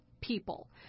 people